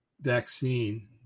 vaccine